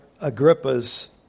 Agrippa's